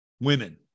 women